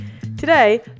Today